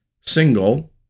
single